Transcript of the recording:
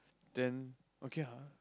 then okay ah